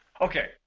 Okay